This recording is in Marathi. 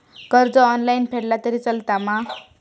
कर्ज ऑनलाइन फेडला तरी चलता मा?